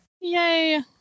Yay